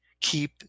keep